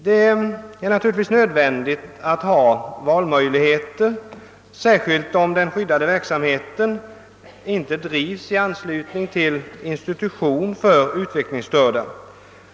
Det är naturligtvis nödvändigt att ha valmöjligheter, särskilt om den skyddade verksamheten inte drivs i anslutning till en institution för utvecklingsstörda.